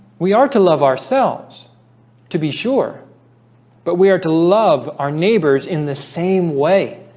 we are to love ourselves to be sure but we are to love our neighbors in the same way